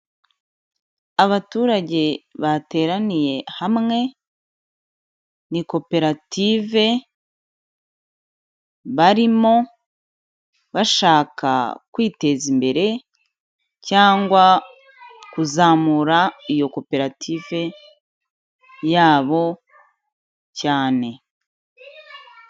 Abaturage bateraniye hamwe, ni koperative, barimo bashaka kwiteza imbere cyangwa kuzamura iyo koperative yabo cyane.